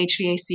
HVAC